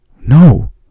no